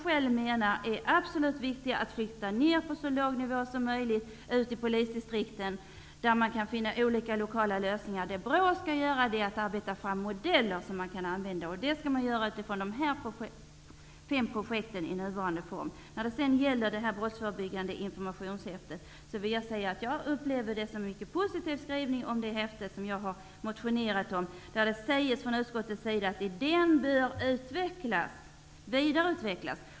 Det är mycket viktigt att flytta ner dessa på så låg nivå som möjligt ute i polisdistrikten. Där kan man finna olika lokala lösningar. BRÅ skall arbeta fram modeller som man kan använda. Det skall man göra utifrån de fem projekten i nuvarande form. När det sedan gäller det brottsförebyggande informationshäftet, upplever jag att det är en mycket positiv skrivning om det häfte som jag har motionerat om. Utskottet säger att idén bör vidarutvecklas.